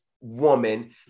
woman